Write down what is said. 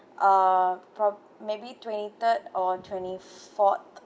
uh for maybe twenty third or twenty fourth